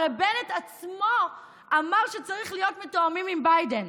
הרי בנט עצמו אמר שצריך להיות מתואמים עם ביידן.